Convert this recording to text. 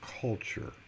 culture